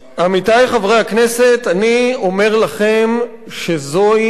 עמיתי חברי הכנסת, אני אומר לכם שזוהי